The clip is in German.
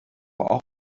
auch